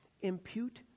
impute